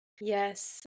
Yes